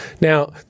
Now